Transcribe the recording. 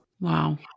Wow